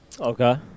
Okay